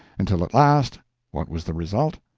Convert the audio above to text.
until at last what was the result?